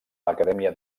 l’acadèmia